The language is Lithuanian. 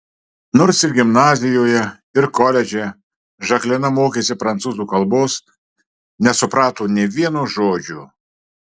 nors ir gimnazijoje ir koledže žaklina mokėsi prancūzų kalbos nesuprato nė vieno žodžio